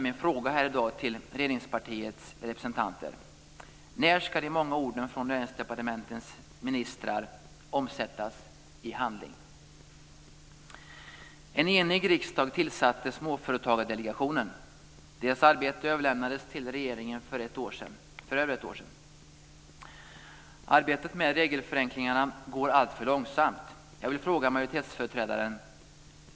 Min fråga här i dag till regeringspartiets representanter är just: När ska de många orden från Näringsdepartementets ministrar omsättas i handling?